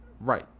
Right